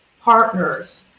partners